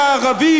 מה זה קשור לדרום?